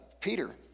Peter